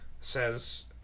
says